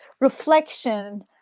reflection